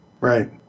Right